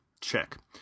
Check